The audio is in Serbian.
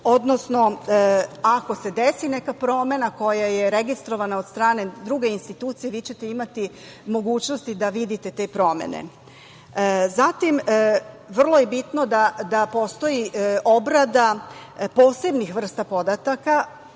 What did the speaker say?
odnosno ako se desi neka promena koja je registrovana od strane druge institucije, vi ćete imati mogućnosti da vidite te promene. Zatim, vrlo je bitno da postoji obrada posebnih vrsta podataka.